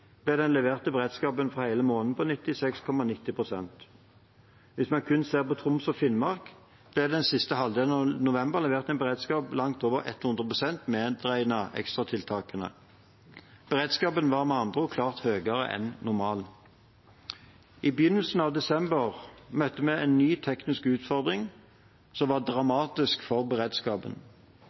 ble den leverte beredskapen for hele måneden 96,9 pst. Hvis man kun ser på Troms og Finnmark, ble det i siste halvdel av november levert en beredskap langt over 100 pst., medregnet ekstratiltakene. Beredskapen var med andre ord klart høyere enn normalt. I begynnelsen av desember møtte vi en ny teknisk utfordring som var dramatisk for beredskapen.